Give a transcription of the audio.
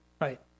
Right